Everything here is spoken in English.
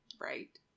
Right